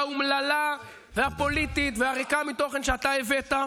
האומללה והפוליטית והריקה מתוכן שאתה הבאת,